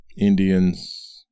Indians